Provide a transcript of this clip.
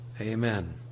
amen